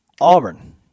Auburn